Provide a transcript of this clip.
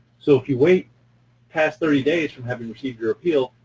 so if you wait past thirty days from having received your appeal,